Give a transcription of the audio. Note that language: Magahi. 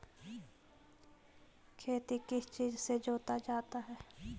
खेती किस चीज से जोता जाता है?